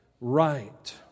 right